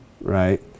right